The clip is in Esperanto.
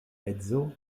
edzo